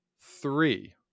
three